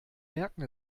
merken